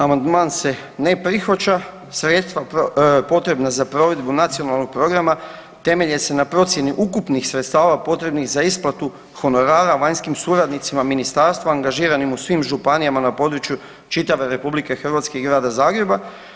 Amandman se ne prihvaća, sredstva potrebna za provedbu nacionalnog programa temelje se na procjeni ukupnih sredstava potrebnih za isplatu honorara vanjskim suradnicima ministarstva angažiranim u svim županijama na području čitave RH i Grada Zagreba.